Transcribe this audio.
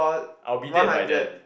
I will be dead by then